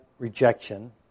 rejection